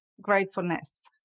gratefulness